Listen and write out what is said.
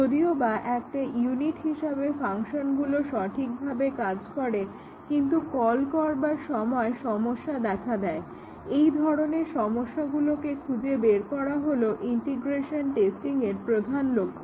যদিওবা একটা ইউনিট হিসাবে ফাংশনগুলো সঠিক ভাবে কাজ করে কিন্তু কল করবার সময় সমস্যা দেখা দেয় এবং এই ধরনের সমস্যাগুলোকে খুঁজে বার করা হলো ইন্টিগ্রেশন টেস্টিংয়ের প্রধান লক্ষ্য